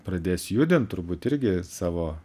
pradės judint turbūt irgi savo